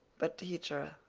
but, teacher,